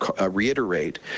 reiterate